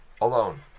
alone